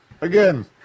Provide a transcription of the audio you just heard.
again